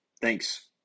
Thanks